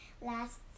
last